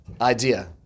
idea